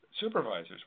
supervisors